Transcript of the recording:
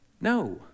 No